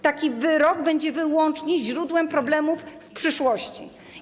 Taki wyrok będzie wyłącznie źródłem problemów w przyszłości.